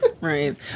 right